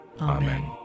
Amen